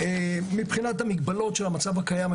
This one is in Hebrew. מבחינת המגבלות של המצב הקיים,